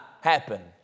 happen